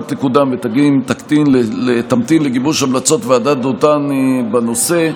תקודם ותמתין לגיבוש המלצות ועדת דותן בנושא.